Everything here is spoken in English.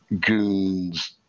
goons